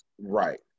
Right